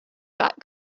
that